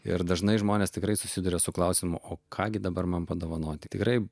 ir dažnai žmonės tikrai susiduria su klausimu o ką gi dabar man padovanoti tikrai